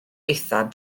eithaf